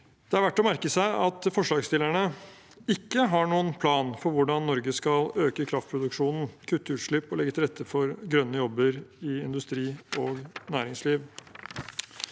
Det er verdt å merke seg at forslagsstillerne ikke har noen plan for hvordan Norge skal øke kraftproduksjonen, kutte utslipp og legge til rette for grønne jobber i industri og næringsliv.